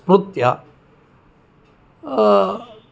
स्मृत्या